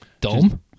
Dome